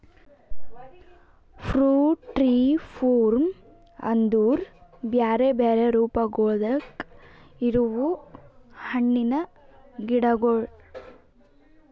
fruit tree form ಅಂದುರ್ ಬ್ಯಾರೆ ಬ್ಯಾರೆ ರೂಪಗೊಳ್ದಾಗ್ ಇರವು ಹಣ್ಣಿನ ಗಿಡಗೊಳ್